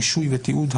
רישוי ותיעוד),